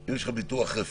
אם יש לך ביטוח רפואי,